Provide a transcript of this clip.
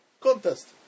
contest